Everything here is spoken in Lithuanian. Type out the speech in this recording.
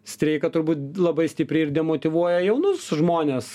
streiką turbūt labai stipriai ir demotyvuoja jaunus žmones